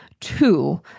two